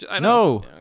No